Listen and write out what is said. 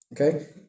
Okay